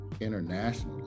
internationally